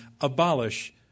Abolish